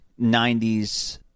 90s